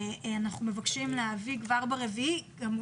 אנחנו מבקשים להביא כבר ב-4 באוקטובר.